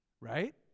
right